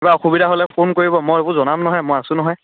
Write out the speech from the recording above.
কিবা অসুবিধা হ'লে ফোন কৰিব মই এইবোৰ জনাম নহয় মই আছো নহয়